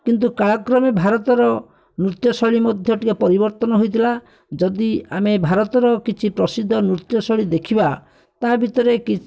କିନ୍ତୁ କାଳକ୍ରମେ ଭାରତର ନୃତ୍ୟଶୈଳୀ ମଧ୍ୟ ଟିକିଏ ପରିବର୍ତ୍ତନ ହୋଇଥିଲା ଯଦି ଆମେ ଭାରତର କିଛି ପ୍ରସିଦ୍ଧ ନୃତ୍ୟଶୈଳୀ ଦେଖିବା ତା' ଭିତରେ